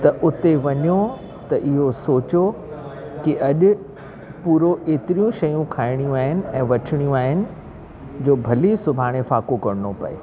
त उते वञो त इहो सोचो कि अॼु पूरो एतिरियूं शयूं खाइणियूं आहिनि ऐं वठणियूं आहिनि जो भली सुभाणे फ़ाक़ो करिणो पए